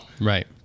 Right